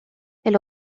elle